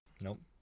Nope